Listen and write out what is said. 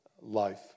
life